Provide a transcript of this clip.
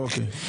אוקיי.